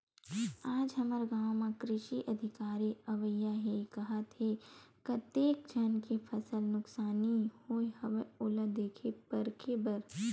आज हमर गाँव म कृषि अधिकारी अवइया हे काहत हे, कतेक झन के फसल नुकसानी होय हवय ओला देखे परखे बर